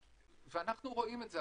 ואנחנו רואים את זה.